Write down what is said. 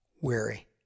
weary